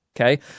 Okay